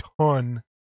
ton